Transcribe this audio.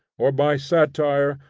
or by satire,